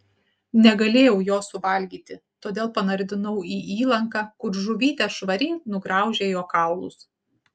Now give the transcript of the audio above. negalėjau jo suvalgyti todėl panardinau į įlanką kur žuvytės švariai nugraužė jo kaulus